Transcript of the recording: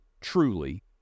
truly